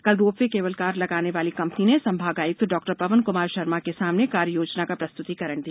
कल ropeway cable car लगाने वाली कंपनी ने संभाग आय्क्त डॉ पवन क्मार शर्मा के सामने कार्ययोजना का प्रस्तुतिकरण दिया